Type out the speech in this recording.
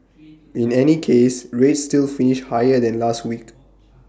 in any case rates still finished higher than last week